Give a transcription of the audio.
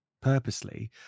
purposely